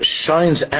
shines